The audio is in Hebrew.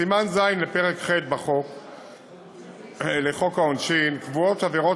בסימן ז' לפרק ח' לחוק העונשין קבועות עבירות